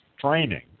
training